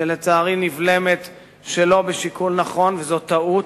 שלצערי נבלמת שלא בשיקול נכון וזו טעות.